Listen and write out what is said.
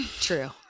True